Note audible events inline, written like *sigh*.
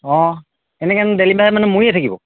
অঁ এনেকৈ *unintelligible* ডেলিভাৰী মানে মৰিয়ে থাকিব